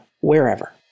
wherever